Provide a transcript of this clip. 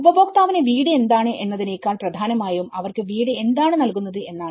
ഉപഭോക്താവിന് വീട് എന്താണ് എന്നതിനേക്കാൾ പ്രധാനമാണ് അവർക്ക് വീട് എന്താണ് നൽകുന്നത് എന്നത്